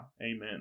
amen